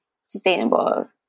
sustainable